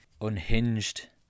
unhinged